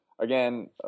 Again